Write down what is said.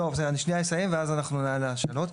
לא, אני שנייה אסיים ואז אנחנו נענה על שאלות.